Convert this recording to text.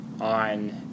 on